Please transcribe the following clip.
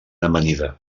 amanida